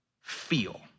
feel